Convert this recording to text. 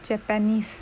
japanese